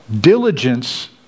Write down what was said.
diligence